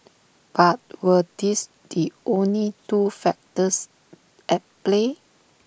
but were these the only two factors at play